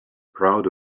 proud